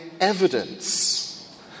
evidence